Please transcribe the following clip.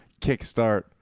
kickstart